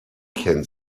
can